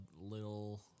little